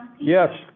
yes